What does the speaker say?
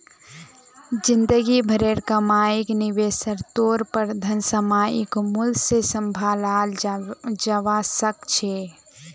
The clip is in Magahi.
जिंदगी भरेर कमाईक निवेशेर तौर पर धन सामयिक मूल्य से सम्भालाल जवा सक छे